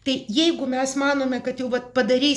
tai jeigu mes manome kad jau vat padarei